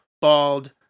bald